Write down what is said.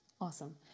Awesome